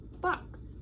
box